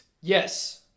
Yes